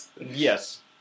Yes